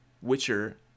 witcher